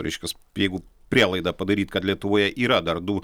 reiškias jeigu prielaidą padaryt kad lietuvoje yra dar du